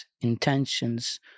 intentions